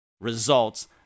results